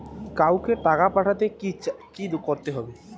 কাউকে টাকা পাঠাতে চাই কি করতে হবে?